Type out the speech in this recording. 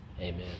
Amen